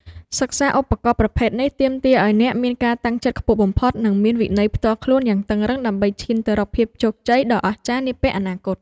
សិក្សាឧបករណ៍ប្រភេទនេះទាមទារឱ្យអ្នកមានការតាំងចិត្តខ្ពស់បំផុត និងមានវិន័យផ្ទាល់ខ្លួនយ៉ាងតឹងរ៉ឹងដើម្បីឈានទៅរកភាពជោគជ័យដ៏អស្ចារ្យនាពេលអនាគត។